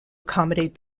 accommodate